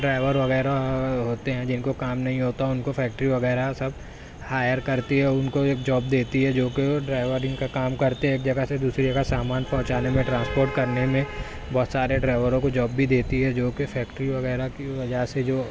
driver وغیرہ ہوتے ہیں جن کو کام نہیں ہوتا ان کو فیکٹری وغیرہ سب ہائر کرتی ہے ان کو ایک جاب دیتی ہے جو کہ ڈرائیونگ کا کام کرتے ہیں ایک جگہ سے دوسری جگہ سامان پہنچانے میں ٹرانسپورٹ کرنے میں بہت سارے ڈرائیوروں کو جاب بھی دیتی ہے جو کہ فیکٹری وغیرہ کی وجہ سے جو